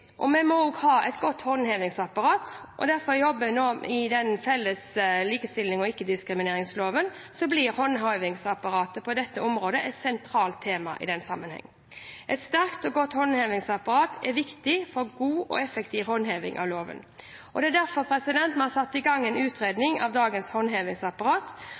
vi må også ha et godt håndhevingsapparat. I den jobben vi nå gjør med en felles likestillings- og ikke-diskrimineringslov, blir håndhevingsapparatet på dette området et sentralt tema i den sammenheng. Et sterkt og godt håndhevingsapparat er viktig for god og effektiv håndheving av loven. Derfor har vi satt i gang en utredning av dagens håndhevingsapparat.